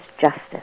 justice